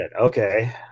Okay